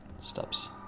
steps